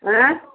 ଆଁ